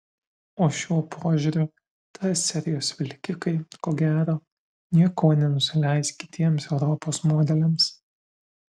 o šiuo požiūriu t serijos vilkikai ko gero niekuo nenusileis kitiems europos modeliams